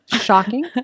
Shocking